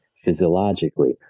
physiologically